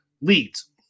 leads